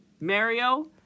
Mario